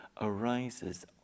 arises